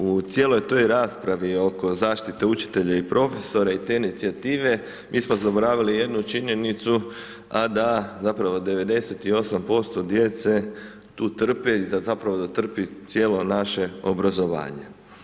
U cijeloj toj raspravi oko zaštite učitelja i profesora i te inicijative mi smo zaboravili jednu činjenicu, a da zapravo 98% djece tu trpi, zapravo da trpi cijelo naše obrazovanje.